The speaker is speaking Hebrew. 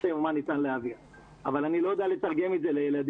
זה ברור לי, אבל כאן זה דבר גורר